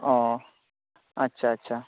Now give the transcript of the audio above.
ᱚᱸᱻ ᱟᱪᱪᱷᱟ ᱟᱪᱪᱷᱟ